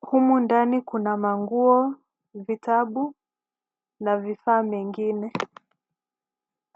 Humu ndani kuna manguo, vitabu na vifaa mengine